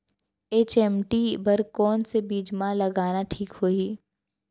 HMT बर कौन से बीज मा लगाना ठीक होही?